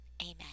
Amen